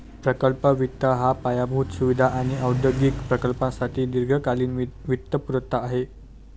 प्रकल्प वित्त हा पायाभूत सुविधा आणि औद्योगिक प्रकल्पांसाठी दीर्घकालीन वित्तपुरवठा आहे